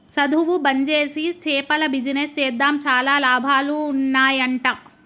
సధువు బంజేసి చేపల బిజినెస్ చేద్దాం చాలా లాభాలు ఉన్నాయ్ అంట